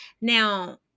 Now